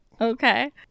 Okay